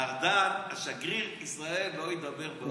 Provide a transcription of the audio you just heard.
ארדן, שגריר ישראל, לא ידבר באו"ם.